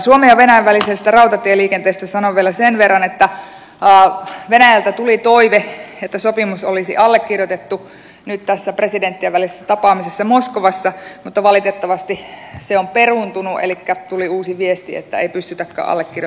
suomen ja venäjän välisestä rautatieliikenteestä sanon vielä sen verran että venäjältä tuli toive että sopimus olisi allekirjoitettu nyt tässä presidenttien välisessä tapaamisessa moskovassa mutta valitettavasti se on peruuntunut elikkä tuli uusi viesti että ei pystytäkään allekirjoittamaan